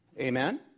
Amen